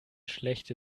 schlechte